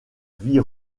vie